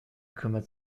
kümmert